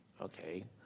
Okay